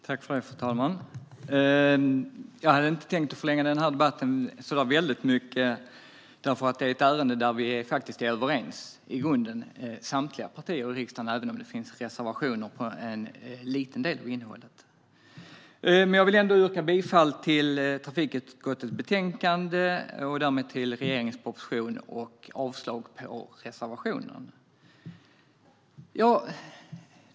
Fru talman! Jag hade inte tänkt att förlänga debatten väldigt mycket. Detta är ett ärende där vi i grunden är överens i samtliga partier i riksdagen även om det finns reservationer om en liten del av innehållet. Jag vill ändå yrka bifall till utskottets förslag i trafikutskottets betänkande och därmed till regeringens proposition samt avslag på reservationen.